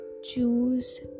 choose